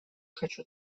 хочу